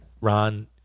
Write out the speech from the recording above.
Ron